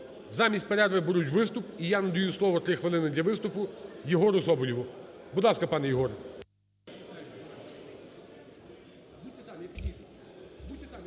замість перерви беруть виступ. І я надаю слово, 3 хвилини, для виступу Єгору Соболєву. Будь ласка, пане Єгор.